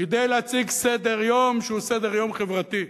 כדי להציג סדר-יום שהוא סדר-יום חברתי.